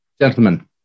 Gentlemen